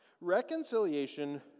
reconciliation